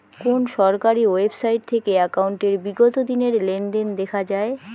কোন সরকারি ওয়েবসাইট থেকে একাউন্টের বিগত দিনের লেনদেন দেখা যায়?